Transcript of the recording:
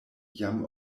jam